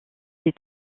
des